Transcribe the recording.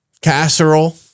casserole